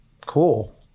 cool